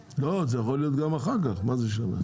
לא, זה יכול להיות גם אחר כך מה זה שנה?